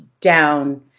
down